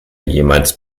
jemals